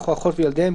אח או אחות וילדיהם,